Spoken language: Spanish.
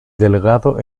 delgado